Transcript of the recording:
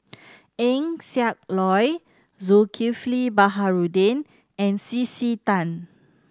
Eng Siak Loy Zulkifli Baharudin and C C Tan